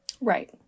Right